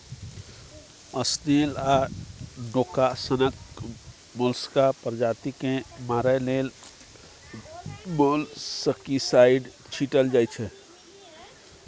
snail आ डोका सनक मोलस्का प्रजाति केँ मारय लेल मोलस्कीसाइड छीटल जाइ छै